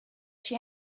she